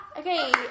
Okay